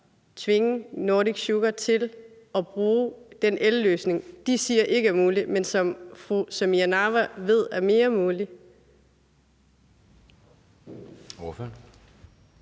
tvinge Nordic Sugar til at bruge den elløsning, som de siger ikke er mulig, men som fru Samira Nawa siger hun ved er